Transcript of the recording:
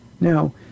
Now